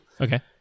Okay